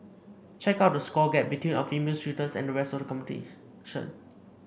check out the score gap between our female shooters and the rest of the competition